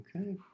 Okay